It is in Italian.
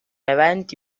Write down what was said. eventi